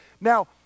now